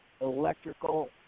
electrical